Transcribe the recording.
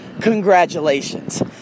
Congratulations